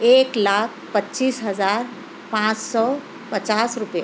ایک لاکھ پچیس ہزار پانچ سو پچاس روپئے